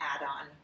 add-on